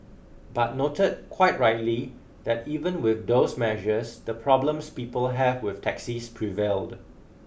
but noted quite rightly that even with those measures the problems people have with taxis prevailed